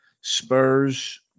Spurs